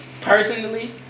personally